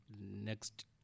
next